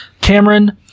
Cameron